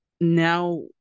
now